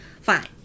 fine